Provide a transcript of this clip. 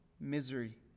misery